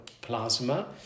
plasma